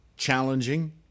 challenging